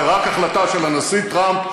זו רק החלטה של הנשיא טראמפ,